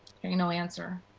hearing no answer.